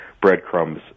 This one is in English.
breadcrumbs